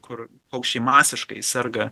kur paukščiai masiškai serga